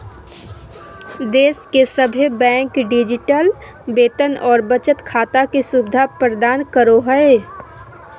देश के सभे बैंक डिजिटल वेतन और बचत खाता के सुविधा प्रदान करो हय